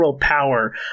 power